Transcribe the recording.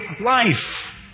life